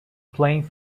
playing